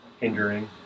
hindering